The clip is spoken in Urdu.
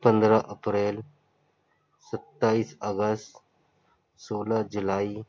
پندرہ اپریل ستائیس اگست سولہ جولائی